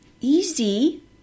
easy